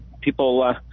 people